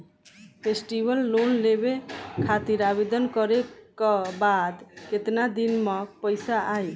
Festival loan लेवे खातिर आवेदन करे क बाद केतना दिन म पइसा आई?